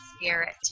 spirit